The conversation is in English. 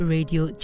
Radio